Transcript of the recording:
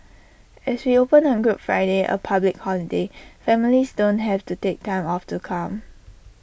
as we open on good Friday A public holiday families don't have to take time off to come